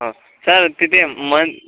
हो सार तिथे मन्